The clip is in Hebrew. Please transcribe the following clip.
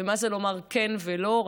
ומה זה לומר כן ולא,